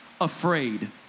afraid